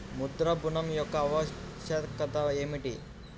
ముద్ర ఋణం యొక్క ఆవశ్యకత ఏమిటీ?